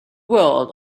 world